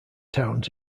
towns